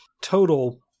total